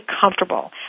comfortable